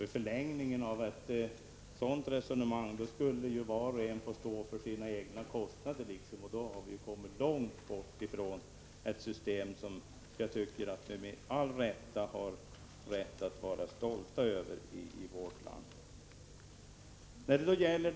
I förlängningen av ett sådant resonemang skulle ju var och en få stå för sina egna kostnader, och då har vi ju kommit långt bort från det system som jag tycker att vi med all rätt kan vara stolta över i vårt land.